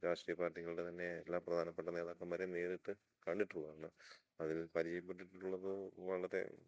രാഷ്ട്രീയ പാർട്ടികളുടെ തന്നെ എല്ലാ പ്രധാനപ്പെട്ട നേതാക്കൻമാരേയും നേരിട്ടു കണ്ടിട്ടുള്ളതാണ് അതിൽ പരിചയപ്പെട്ടിട്ടുള്ളത് വളരെ